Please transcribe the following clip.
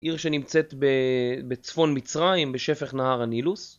עיר שנמצאת בצפון מצרים בשפך נהר הנילוס.